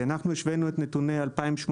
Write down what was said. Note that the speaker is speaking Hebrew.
השווינו את נתוני 2018,